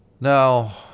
Now